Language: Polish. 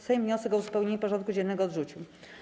Sejm wniosek o uzupełnienie porządku dziennego odrzucił.